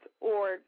org